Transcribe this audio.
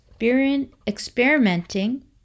experimenting